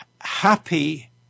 happy